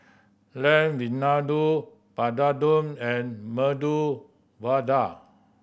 Lamb Vindaloo Papadum and Medu Vada